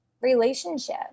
relationship